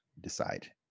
decide